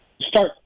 start